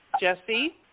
Jesse